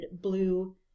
blue